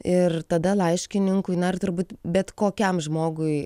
ir tada laiškininkui na ir turbūt bet kokiam žmogui